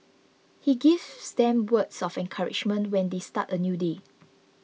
he gives them words of encouragement when they start a new day